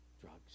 drugs